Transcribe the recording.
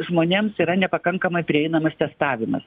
žmonėms yra nepakankamai prieinamas testavimas